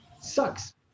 sucks